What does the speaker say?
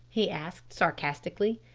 he asked sarcastically.